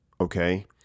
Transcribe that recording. Okay